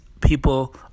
people